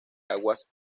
aguas